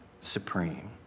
supreme